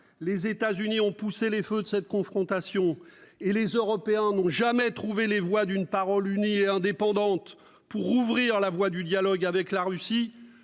les États-Unis ont poussé les feux de cette confrontation et les Européens n'ont jamais trouvé les voies d'une parole unie et indépendante pour ouvrir le chemin du dialogue avec la Russie